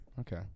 okay